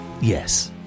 Yes